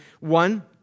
One